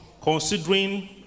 considering